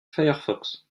firefox